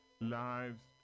lives